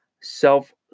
self